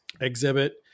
exhibit